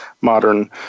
modern